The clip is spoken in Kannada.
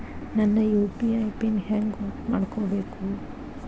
ನನ್ನ ಯು.ಪಿ.ಐ ಪಿನ್ ಹೆಂಗ್ ಗೊತ್ತ ಮಾಡ್ಕೋಬೇಕು?